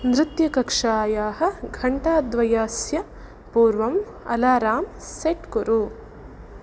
नृत्यकक्षायाः घण्टाद्वयस्य पूर्वम् alarm set कुरु